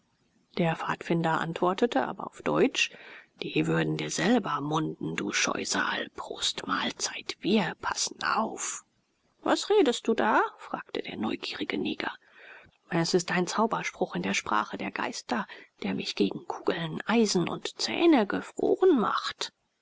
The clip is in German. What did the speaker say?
der pfadfinder antwortete aber auf deutsch die würden dir selber munden du scheusal prost mahlzeit wir passen auf was redest du da fragte der neugierige neger es ist ein zauberspruch in der sprache der geister der mich gegen kugeln eisen und zähne gefroren macht